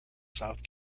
south